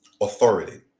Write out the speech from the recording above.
authority